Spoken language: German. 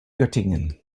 göttingen